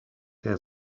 der